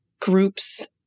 groups